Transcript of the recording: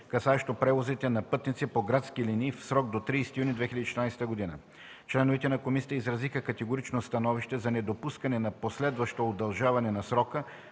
касаещо превозите на пътници по градски линии в срок до 30 юни 2014 г. Членовете на комисията изразиха категорично становище за недопускане на последващо удължаване на срока